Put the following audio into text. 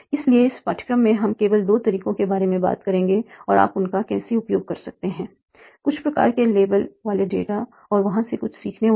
इसलिए इस पाठ्यक्रम में हम पहले दो तरीकों के बारे में बात करेंगे और आप उनका कैसे उपयोग कर सकते हैं कुछ प्रकार के लेबल वाले डेटा और वहां से कुछ सीखने के लिए